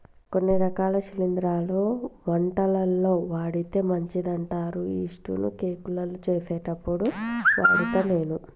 కొన్ని రకాల శిలింద్రాలు వంటలల్ల వాడితే మంచిదంటారు యిస్టు ను కేకులు చేసేప్పుడు వాడుత నేను